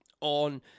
on